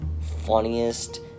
funniest